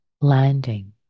Landing